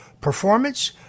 performance